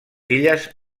illes